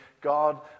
God